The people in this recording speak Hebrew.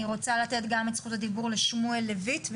אני רוצה לתת את רשות הדיבור לשמואל לוויט,